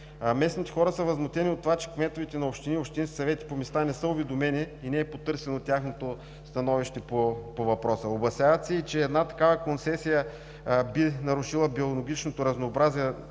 Местните хора са възмутени от това, че кметовете на общини и общинските съвети по места не са уведомени и не е потърсено тяхното становище по въпроса. Опасяват се, че една такава концесия би нарушила биологичното разнообразие